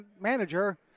manager